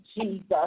Jesus